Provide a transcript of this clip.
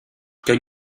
cho